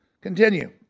Continue